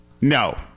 No